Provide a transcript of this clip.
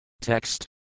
Text